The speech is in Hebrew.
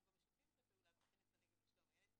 אנחנו גם משתפים פעולה בכנס הנגב לשלום הילד,